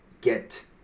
get